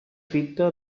fita